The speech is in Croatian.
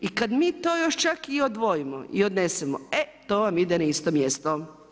I kada mi to još čak i odvojimo i odnesemo, e to vam ide na isto mjesto.